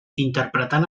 interpretant